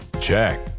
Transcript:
Check